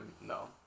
No